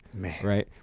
right